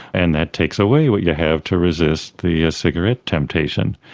and that takes away what you have to resist the cigarette temptation.